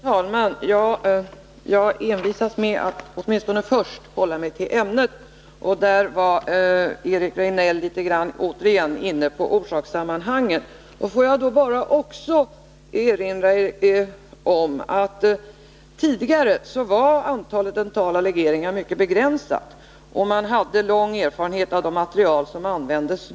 Herr talman! Jag envisas med att åtminstone först hålla mig till ämnet. Eric Rejdnell var återigen inne på orsakssammanhangen. Får jag då bara erinra om att antalet dentala legeringar tidigare var mycket begränsat, och man hade lång erfarenhet av de material som användes.